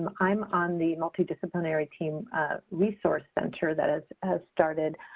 i'm on the multidisciplinary team resource center that has has started.